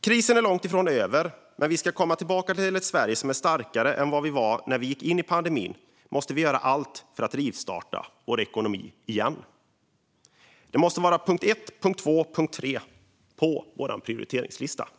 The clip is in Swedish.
Krisen är långt ifrån över, men om vi ska komma tillbaka till ett Sverige som är starkare än vad vi var när vi gick in i pandemin måste vi göra allt för att rivstarta vår ekonomi igen. Det måste vara punkt ett, punkt två och punkt tre på vår prioriteringslista. Fru